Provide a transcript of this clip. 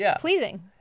pleasing